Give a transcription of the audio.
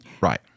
right